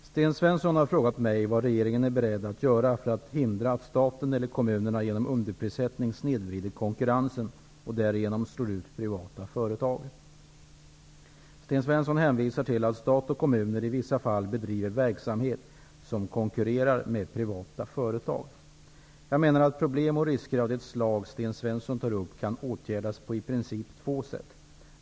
Fru talman! Sten Svensson har frågat mig vad regeringen är beredd att göra för att hindra att staten eller kommunerna genom underprissättning snedvrider konkurrensen och därigenom slår ut privata företag. Sten Svensson hänvisar till att stat och kommuner i vissa fall bedriver verksamhet som konkurrerar med privata företag. Jag menar att problem och risker av det slag som Sten Svensson tar upp kan åtgärdas på i princip två sätt.